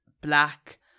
black